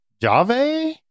Java